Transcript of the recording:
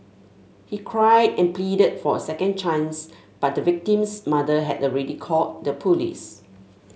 he cried and pleaded for a second chance but the victim's mother had already called the police